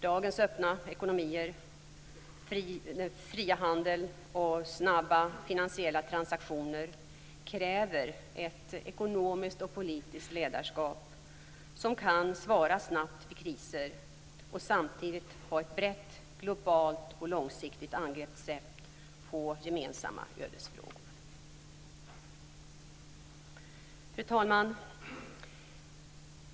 Dagens öppna ekonomier, den fria handeln och snabba finansiella transaktioner kräver ett ekonomiskt och politiskt ledarskap som kan svara snabbt vid kriser och samtidigt ha ett brett globalt och långsiktigt angreppssätt på gemensamma ödesfrågor. Fru talman!